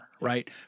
right